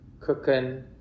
cooking